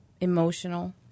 emotional